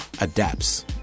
adapts